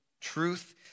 truth